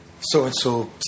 so-and-so